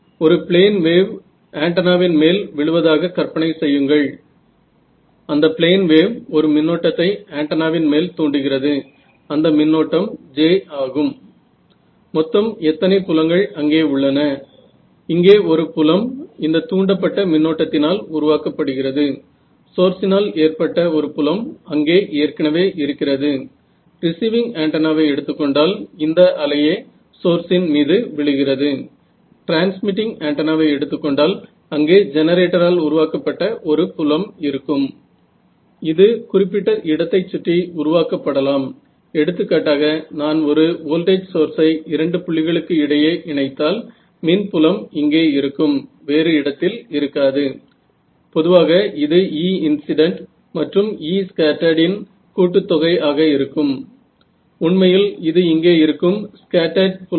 तर वॉल च्या माध्यमातून इमेजिंग आणि हलनारे टारगेट्स आणि असे अजून सर्वकाही तर तुम्ही जर काही अप्रॉक्सीमेशन ला परवानगी दिली वॉल च्या माध्यमातून शोधाचे उदाहरण घेऊया तुमच्याकडे एक वॉल आहे आणि तिच्या मागे काही वस्तू आहेत असे म्हणूयात की एखादा आतंकवादी किंवा काहीतरी असे जे तुम्हाला पाहायचे आहे